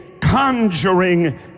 conjuring